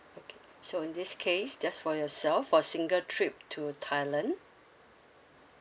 okay so in this case just for yourself for single trip to thailand